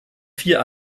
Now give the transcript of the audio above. vier